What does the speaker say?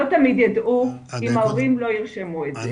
לא תמיד ידעו אם ההורים לא ירשמו את זה.